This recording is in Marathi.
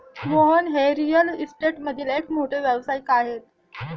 मोहन हे रिअल इस्टेटमधील एक मोठे व्यावसायिक आहेत